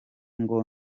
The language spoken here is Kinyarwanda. ngo